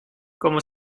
como